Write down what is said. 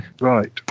Right